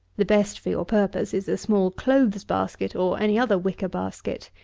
the best for your purpose is a small clothes-basket, or any other wicker-basket.